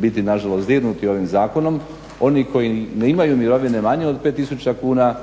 biti nažalost dirnuti ovim zakonom. Oni koji imaju mirovine manje od 5000 kuna